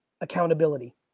accountability